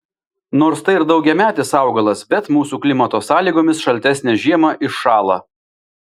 nors tai ir daugiametis augalas bet mūsų klimato sąlygomis šaltesnę žiemą iššąla